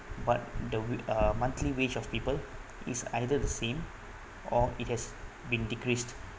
but the wa~ uh monthly wage of people is either the same or it has been decreased